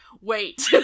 Wait